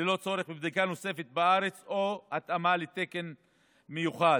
ללא צורך בבדיקה נוספת בארץ או התאמה לתקן מיוחד.